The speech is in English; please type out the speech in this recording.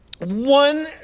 One